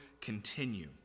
continue